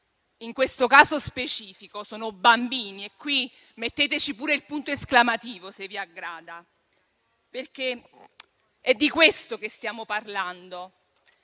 In questo caso specifico sono bambini e qui mettete pure il punto esclamativo, se vi aggrada. È di questo che stiamo parlando